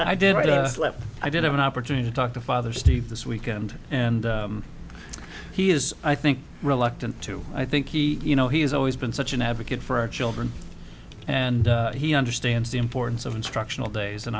left i did have an opportunity to talk to father steve this weekend and he is i think reluctant to i think he you know he has always been such an advocate for our children and he understands the importance of instructional days and